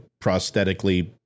prosthetically